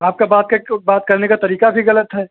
आपका बात बात करने का तरीका भी गलत है